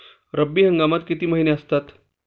रब्बी हंगामात किती महिने असतात?